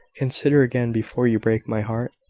consider again, before you break my heart,